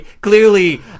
clearly